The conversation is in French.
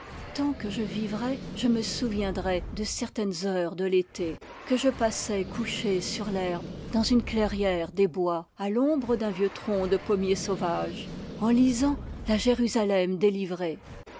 tant que je vivrai je me souviendrai de certaines heures de l'été que je passais couché sur l'herbe dans une clairière des bois à l'ombre d'un vieux tronc de pommiers sauvages en lisant la jérusalem délivrée